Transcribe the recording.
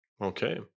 Okay